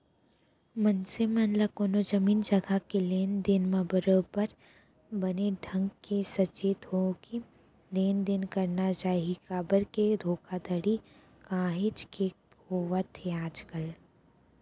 मनसे मन ल कोनो जमीन जघा के लेन देन म बरोबर बने ढंग के सचेत होके लेन देन करना चाही काबर के धोखाघड़ी काहेच के होवत हे आजकल